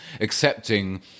accepting